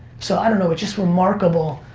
so i don't know, but just remarkable.